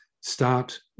start